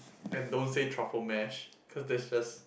and don't say truffle mash cause that's just